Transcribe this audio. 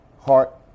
heart